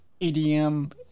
EDM